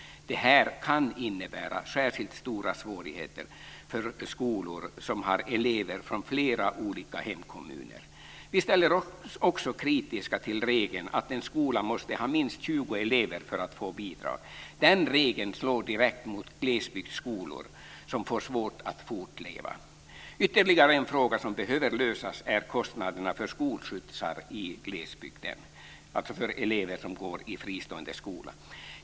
Det här kan innebära särskilt stora svårigheter för skolor som har elever från flera olika hemkommuner. Vi ställer oss också kritiska till regeln att en skola måste ha minst 20 elever för att få bidrag. Den regeln slår direkt mot glesbygdsskolor, som får svårt att fortleva. Ytterligare en fråga som behöver lösas är kostnaderna för skolskjutsar i glesbygden för elever som går i fristående skolor.